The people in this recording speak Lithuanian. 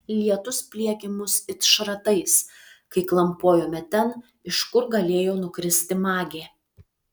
lietus pliekė mus it šratais kai klampojome ten iš kur galėjo nukristi magė